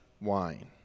wine